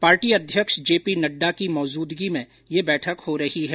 party अध्यक्ष JP Nadda की अध्यक्षता में यह बैठक हो रही है